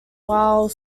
while